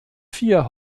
vier